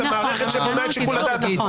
את המערכת שבונה את שיקול הדעת.